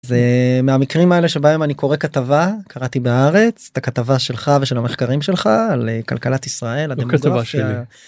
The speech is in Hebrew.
זה מהמקרים האלה שבהם אני קורא כתבה קראתי בהארץ את הכתבה שלך ושל המחקרים שלך על כלכלת ישראל.